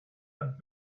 not